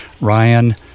Ryan